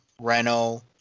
Renault